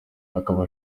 akaba